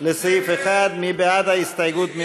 לסעיף 1. מי בעד ההסתייגות?